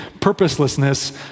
purposelessness